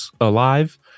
alive